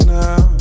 now